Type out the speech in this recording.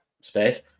space